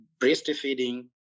breastfeeding